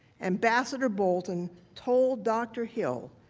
ambassador bolton told dr. hill,